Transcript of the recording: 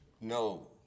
no